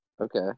Okay